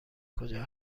کجا